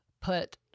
put